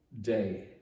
day